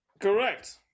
Correct